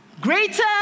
Greater